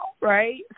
right